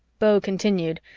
beau continued,